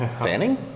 Fanning